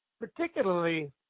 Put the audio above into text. particularly